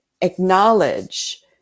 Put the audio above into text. acknowledge